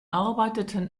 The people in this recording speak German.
arbeiteten